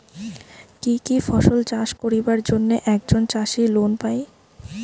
কি কি ফসল চাষ করিবার জন্যে একজন চাষী লোন পায়?